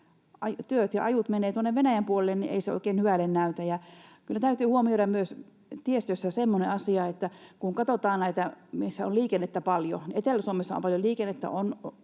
työt ja ajot menevät tuonne Venäjän puolelle, niin ei se oikein hyvältä näytä. Kyllä täytyy myös huomioida tiestössä semmoinen asia, että kun katsotaan näitä, missä on liikennettä paljon, niin Etelä-Suomessa on paljon liikennettä,